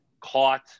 caught